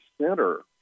center